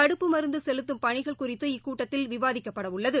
தடுப்பு மருந்துசெலுத்தும் பணிகள் குறித்து இக்கூட்டத்தில் விவாதிக்கப்படவுள்ளது